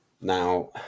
Now